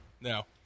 No